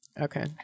okay